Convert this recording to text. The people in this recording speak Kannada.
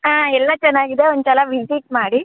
ಹಾಂ ಎಲ್ಲ ಚೆನ್ನಾಗಿದೆ ಒಂದು ಸಲ ವಿಸಿಟ್ ಮಾಡಿ